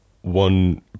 One